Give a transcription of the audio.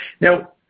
Now